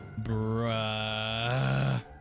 Bruh